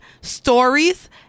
stories